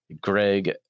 Greg